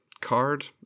card